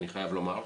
אני חייב לומר,